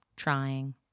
trying